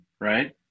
right